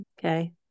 Okay